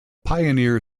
pioneer